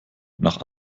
nach